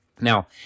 Now